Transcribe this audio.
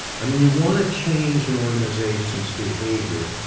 i mean, you want to change an organization's behavior,